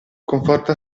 conforta